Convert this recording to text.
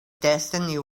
destiny